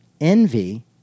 envy